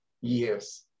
Yes